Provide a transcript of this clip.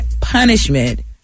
punishment